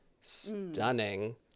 stunning